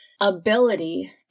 ability